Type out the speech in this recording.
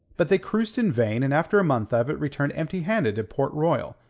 but they cruised in vain, and after a month of it, returned empty-handed to port royal,